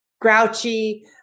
grouchy